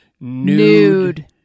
Nude